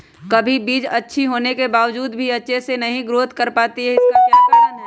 कभी बीज अच्छी होने के बावजूद भी अच्छे से नहीं ग्रोथ कर पाती इसका क्या कारण है?